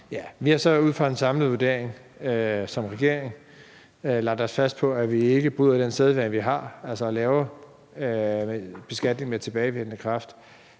Vi har så ud fra en samlet vurdering som regering lagt os fast på, at vi ikke bryder den sædvane, vi har, altså ved at lave beskatning med tilbagevirkende kraft.